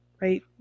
right